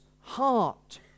heart